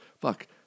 Fuck